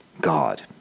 God